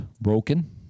broken